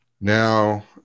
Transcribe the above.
now